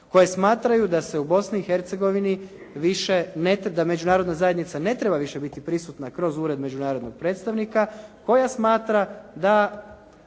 koje smatraju da se u Bosni i Hercegovini više, da Međunarodna zajednica ne treba biti više prisutna kroz ured međunarodnog predstavnika koja smatra da